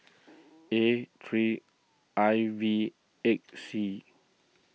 A three I V eight C